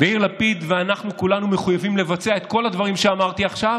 יאיר לפיד ואנחנו כולנו מחויבים לבצע את כל הדברים שאמרתי עכשיו,